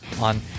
on